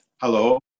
Hello